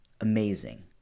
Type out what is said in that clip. Amazing